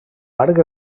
parc